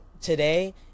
today